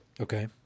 okay